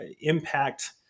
impact